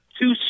two